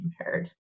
impaired